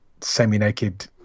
semi-naked